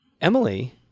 Emily